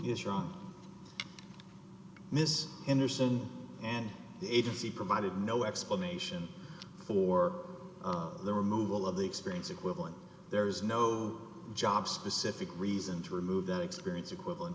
is wrong miss anderson and the agency provided no explanation for the removal of the experience equivalent there is no job specific reason to remove that experience equivalent